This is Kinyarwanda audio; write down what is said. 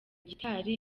gitari